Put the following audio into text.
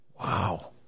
Wow